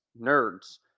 nerds